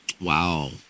Wow